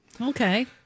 Okay